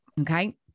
Okay